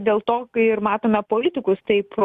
dėl to kai ir matome politikus taip